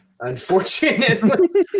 unfortunately